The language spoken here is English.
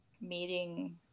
meeting